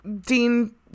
Dean